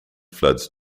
floods